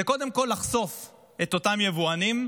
זה קודם כול לחשוף את אותם יבואנים,